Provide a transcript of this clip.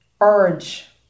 urge